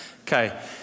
Okay